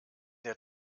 der